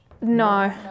No